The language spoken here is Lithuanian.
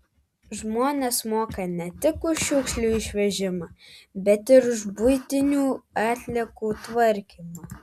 žmonės moka ne tik už šiukšlių išvežimą bet ir už buitinių atliekų tvarkymą